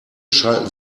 schalten